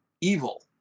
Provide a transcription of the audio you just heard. evil